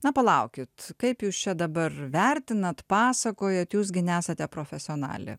na palaukit kaip jūs čia dabar vertinate pasakojate jūs gi nesate profesionalė